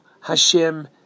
Hashem